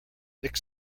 nick